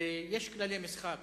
ויש כללי משחק.